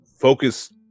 focus